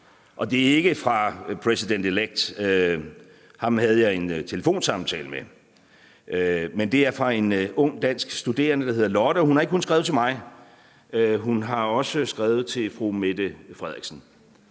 Og det er ikke fra president-elect; ham havde jeg en telefonsamtale med. Det er fra en ung dansk studerende, der hedder Lotte, og hun har ikke kun skrevet til mig; hun har også skrevet til fru Mette Frederiksen